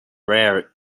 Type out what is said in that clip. rare